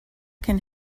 can